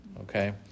okay